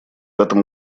этом